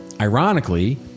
ironically